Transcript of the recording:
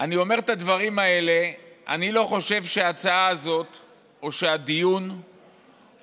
אני אומר את הדברים האלה אני לא חושב שההצעה הזאת או שהדיון הוא,